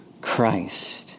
Christ